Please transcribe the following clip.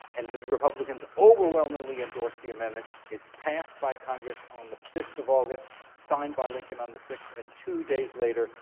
and the republicans overwhelmingly endorsed the amendment. it's passed by congress on the fifth of august, signed by lincoln on the sixth, and two days later,